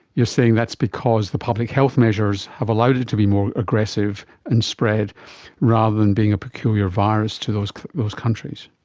you're saying that's because the public health measures have allowed it to be more aggressive and spread rather than being a peculiar virus to those those countries.